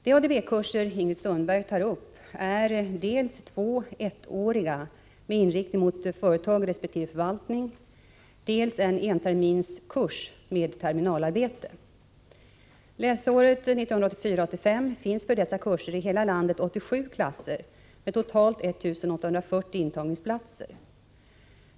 De ADB-kurser Ingrid Sundberg tar upp är dels två ettåriga med inriktning mot företag resp. förvaltning, dels en enterminskurs med terminalarbete. Läsåret 1984/85 finns för dessa kurser i hela landet 87 klasser med totalt 1 840 intagningsplatser.